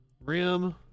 rim